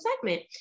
segment